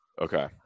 Okay